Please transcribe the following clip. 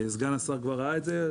סגן השר כבר ראה את זה.